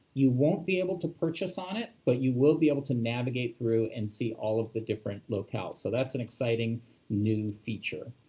you won't be able to purchase on it, but you will be able to navigate through and see all of the different locales. so that's an exciting new feature.